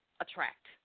attract